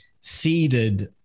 seeded